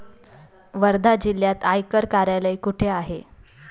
वर्धा जिल्ह्यात आयकर कार्यालय कुठे आहे?